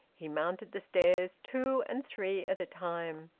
he mounted the stairs two and three at a time.